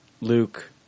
Luke –